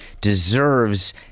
deserves